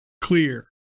clear